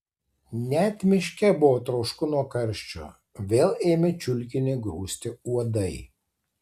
net miške buvo trošku nuo karščio vėl ėmė čiulkinį grūsti uodai